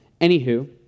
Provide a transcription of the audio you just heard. anywho